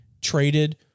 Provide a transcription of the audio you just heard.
traded